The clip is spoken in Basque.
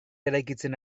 eraikitzen